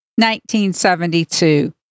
1972